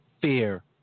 fear